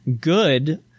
good